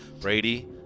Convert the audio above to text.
Brady